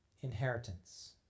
inheritance